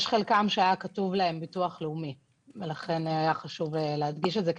לחלקם כתוב ביטוח לאומי ולכן היה חשוב להדגיש את זה,